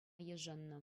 йышӑннӑ